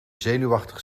zenuwachtig